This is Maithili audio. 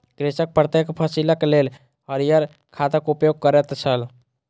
कृषक प्रत्येक फसिलक लेल हरियर खादक उपयोग करैत छल